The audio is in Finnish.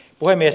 puhemies